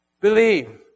Believe